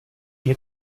mně